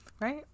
Right